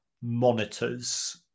monitors